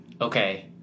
Okay